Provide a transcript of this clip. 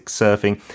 surfing